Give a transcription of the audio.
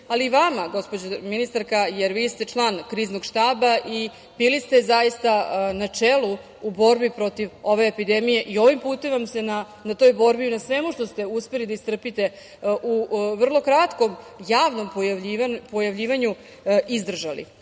ali i vama gospođo ministarka, jer vi ste član Kriznog štaba i bili ste zaista na čelu u borbi protiv ove epidemije i ovim putem vam se na toj borbi i na svemu što ste uspeli da istrpite u vrlo kratkom javnom pojavljivanju izdržali.